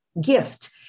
gift